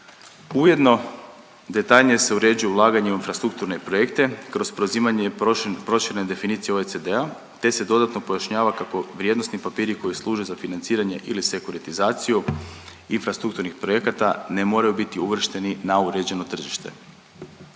Ujedno detaljnije se uređuju ulaganja u infrastrukturne projekte kroz preuzimanje i proširene definicije OECD-a te se dodatno pojašnjava kako vrijednosni papiri koji služe za financiranje ili sekuritizaciju infrastrukturnih projekata ne moraju biti uvršteni na uređeno tržište.